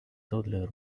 toddler